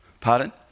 Pardon